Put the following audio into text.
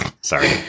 sorry